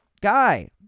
guy